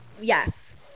yes